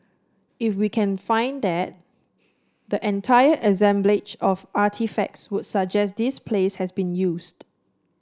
if we can find that the entire assemblage of artefacts would suggest this place has been used